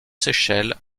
seychelles